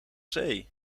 zee